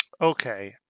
Okay